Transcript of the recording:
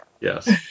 Yes